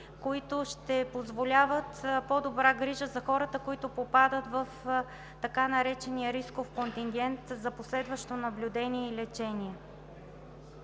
които ще позволяват по-добра грижа за хората, които попадат в така наречения рисков контингент за последващо наблюдение и лечение.